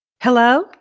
Hello